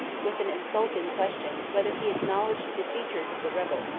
with an insulting question, whether he acknowledged the features of the rebel?